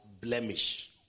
blemish